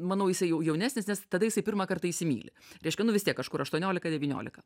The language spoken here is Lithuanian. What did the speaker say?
manau jisai jau jaunesnis nes tada jisai pirmą kartą įsimyli reiškia nu vis tiek kažkur aštuoniolika devyniolika